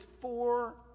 four